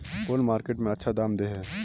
कौन मार्केट में अच्छा दाम दे है?